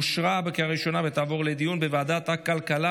לוועדת הכלכלה